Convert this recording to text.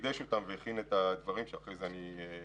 חידש אותם והכין את הדברים שאפרט אחרי כן.